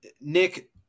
Nick